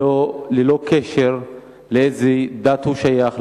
ללא קשר לאיזה דת הוא שייך,